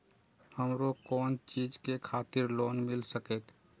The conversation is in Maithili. हमरो कोन चीज के खातिर लोन मिल संकेत?